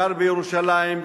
גר בירושלים,